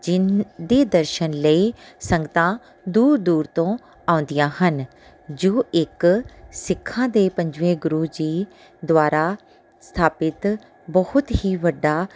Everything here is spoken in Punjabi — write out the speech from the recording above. ਜਿਨ੍ਹਾ ਦੇ ਦਰਸ਼ਨ ਲਈ ਸੰਗਤਾਂ ਦੂਰ ਦੂਰ ਤੋਂ ਆਉਂਦੀਆਂ ਹਨ ਜੋ ਇੱਕ ਸਿੱਖਾਂ ਦੇ ਪੰਜਵੇਂ ਗੁਰੂ ਜੀ ਦੁਆਰਾ ਸਥਾਪਿਤ ਬਹੁਤ ਹੀ ਵੱਡਾ